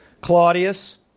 Claudius